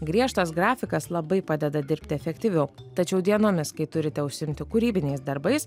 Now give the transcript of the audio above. griežtas grafikas labai padeda dirbti efektyviau tačiau dienomis kai turite užsiimti kūrybiniais darbais